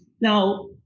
Now